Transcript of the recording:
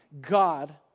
God